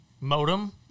modem